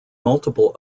multiple